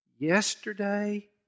Yesterday